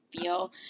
feel